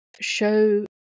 show